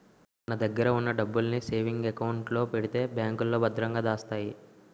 మన దగ్గర ఉన్న డబ్బుల్ని సేవింగ్ అకౌంట్ లో పెడితే బ్యాంకులో భద్రంగా దాస్తాయి